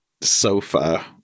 sofa